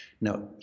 Now